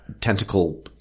tentacle